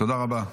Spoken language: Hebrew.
תודה רבה.